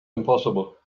impossible